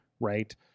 Right